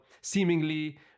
seemingly